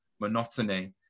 monotony